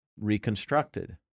reconstructed